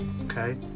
okay